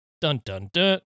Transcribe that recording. Dun-dun-dun